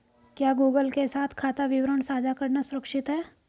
क्या गूगल के साथ खाता विवरण साझा करना सुरक्षित है?